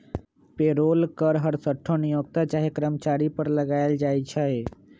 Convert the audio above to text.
payroll कर हरसठ्ठो नियोक्ता चाहे कर्मचारी पर लगायल जाइ छइ